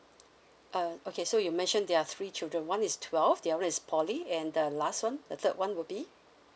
uh okay so you mentioned there are three children one is twelve the other one is poly and the last one the third one will be